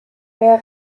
mehr